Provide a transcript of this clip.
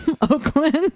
Oakland